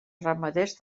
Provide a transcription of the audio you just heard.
ramaders